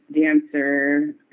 dancer